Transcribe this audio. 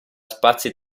spazi